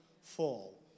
Fall